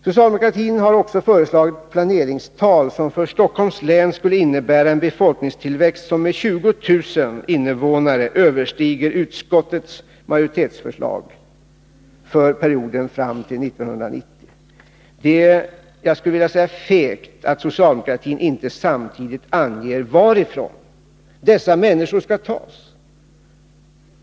Socialdemokratin har också föreslagit planeringstal som för Stockholms län skulle innebära en befolkningstillväxt som med 20000 invånare överstiger utskottsmajoritetens förslag för perioden fram till 1990. Det är — som jag skulle vilja kalla det — fegt att socialdemokratin inte samtidigt anger varifrån dessa människor skall tas.